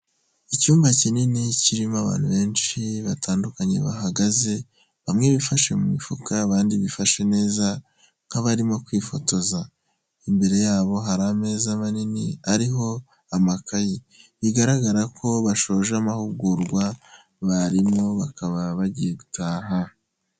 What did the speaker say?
Icyumba kinini kirimo abantu benshi batandukanye bahagaze bamwe bifashe mu mifuka abandi bifashe neza nk'abarimo kwifotoza, imbere yabo hari ameza manini ariho amakayi, bigaragara ko bashoje amahugurwa barimo bakaba bagiye gutaha.